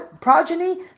progeny